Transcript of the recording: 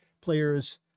players